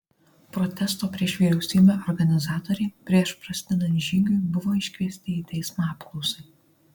protesto prieš vyriausybę organizatoriai prieš prasidedant žygiui buvo iškviesti į teismą apklausai